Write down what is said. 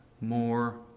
more